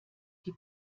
die